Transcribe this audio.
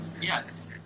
Yes